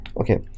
Okay